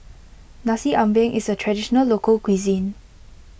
Nasi Ambeng is a Traditional Local Cuisine